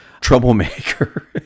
troublemaker